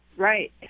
Right